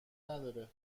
نداره